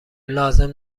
لازم